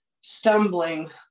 stumbling